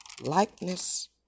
likeness